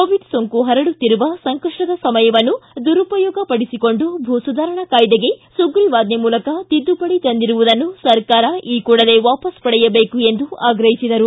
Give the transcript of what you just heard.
Covid ಸೋಂಕು ಪರಡುತ್ತಿರುವ ಸಂಕಷ್ಟದ ಸಮಯವನ್ನು ದುರುಪಯೋಗ ಪಡಿಸಿಕೊಂಡು ಭೂ ಸುಧಾರಣೆ ಕಾಯಿದೆಗೆ ಸುಗ್ರೀವಾಜ್ಞೆ ಮೂಲಕ ತಿದ್ದುಪಡಿ ತಂದಿರುವುದನ್ನು ಸರ್ಕಾರ ಕೂಡಲೇ ವಾಪಸ್ ಪಡೆಯಬೇಕು ಎಂದು ಆಗ್ರಹಿಸಿದರು